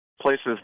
Places